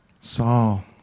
Saul